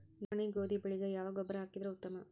ನವನಿ, ಗೋಧಿ ಬೆಳಿಗ ಯಾವ ಗೊಬ್ಬರ ಹಾಕಿದರ ಉತ್ತಮ?